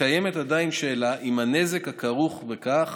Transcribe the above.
וקיימת עדיין שאלה אם הנזק הכרוך בכך